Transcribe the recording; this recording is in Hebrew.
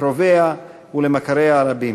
לקרוביה ולמכריה הרבים.